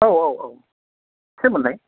औ औ औ सोरमोनलाय